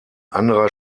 anderer